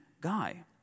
guy